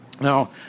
Now